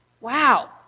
Wow